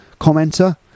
commenter